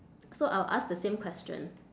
so I'll ask the same question